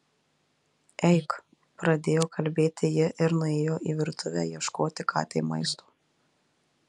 eik pradėjo kalbėti ji ir nuėjo į virtuvę ieškoti katei maisto